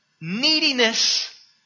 neediness